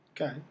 Okay